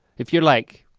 if you're like,